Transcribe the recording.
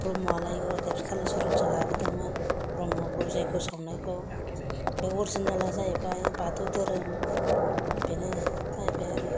ब्रह्मयालाय गुरुदेब कालिसरनसो लाबोदोंमोन ब्रह्मखौ जैग्ग सावनायखौ बे अरजिनाला जाहैबाय बाथौ दोहोरोम बेनो जाहैबाय आरो